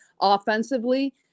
offensively